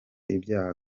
ibyaha